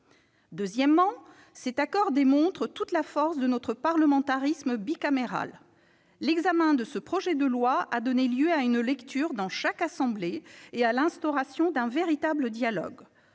Deuxièmement, cet accord démontre toute la force de notre parlementarisme bicaméral. L'examen de ce projet de loi a donné lieu à une lecture dans chaque assemblée et à l'instauration d'un véritable dialogue.